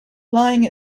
flying